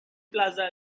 plaza